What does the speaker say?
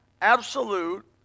absolute